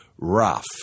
rough